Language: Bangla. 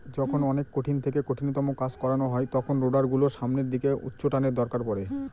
যখন অনেক কঠিন থেকে কঠিনতম কাজ করানো হয় তখন রোডার গুলোর সামনের দিকে উচ্চটানের দরকার পড়ে